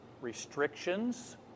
restrictions